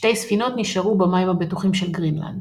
שתי ספינות נשארו במים הבטוחים של גרינלנד.